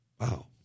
wow